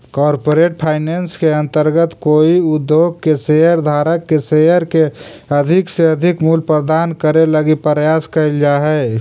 corporate finance के अंतर्गत कोई उद्योग के शेयर धारक के शेयर के अधिक से अधिक मूल्य प्रदान करे लगी प्रयास कैल जा हइ